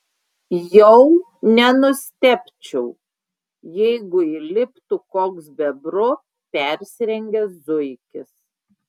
jau nenustebčiau jeigu įliptų koks bebru persirengęs zuikis